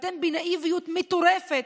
אתם, בנאיביות מטורפת,